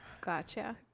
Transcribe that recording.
Gotcha